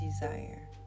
desire